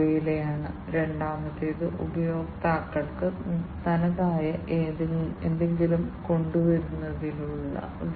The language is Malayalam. ഒന്നിലധികം ഇന്റലിജന്റ് സ്റ്റഫ് നേടുന്നതിനും നടപ്പിലാക്കുന്നതിനും നിങ്ങൾ ഈ അനലോഗ് സിഗ്നലിനെ ഡിജിറ്റൽ ഡാറ്റയിലേക്ക് പരിവർത്തനം ചെയ്യേണ്ടതുണ്ട്